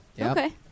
Okay